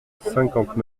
cinquante